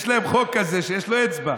יש להם חוק כזה שיש להם אצבע.